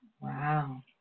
Wow